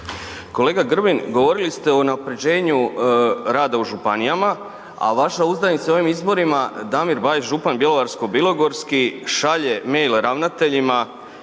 Kolega Grbin, govorili ste o unaprjeđenju rada u županijama, a vaša uzdanica u ovim izborima Damir Bajs, župan bjelovarsko-bilogorski, šalje mail ravnateljima